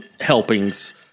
helpings